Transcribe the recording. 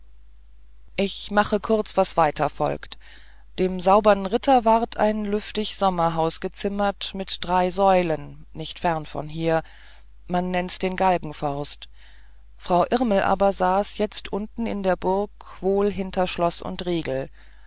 ich mache kurz was weiter folgt dem saubern ritter ward ein lüftig sommerhaus gezimmert mit drei säulen nicht fern von hier man nennt's am galgenforst frau irmel aber saß jetzt unten in der burg wohl hinter schloß und riegel